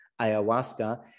ayahuasca